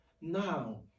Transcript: now